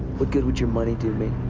what good would your money do me?